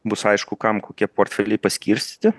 bus aišku kam kokie portfeliai paskirstyti